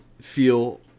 feel